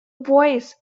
voice